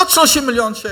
עוד 30 מיליון שקל?